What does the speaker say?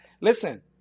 Listen